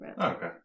Okay